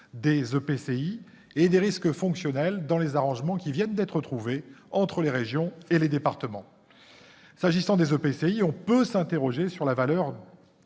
des EPCI, et des risques fonctionnels, dans les arrangements qui viennent d'être trouvés entre les régions et les départements. En ce qui concerne les EPCI, on peut s'interroger sur la valeur